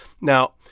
Now